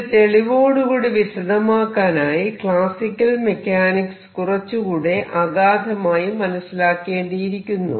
ഇത് തെളിവോടുകൂടി വിശദമാക്കാനായി ക്ലാസിക്കൽ മെക്കാനിക്സ് കുറച്ചുകൂടി അഗാധമായി മനസ്സിലാക്കേണ്ടിയിരിക്കുന്നു